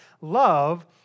Love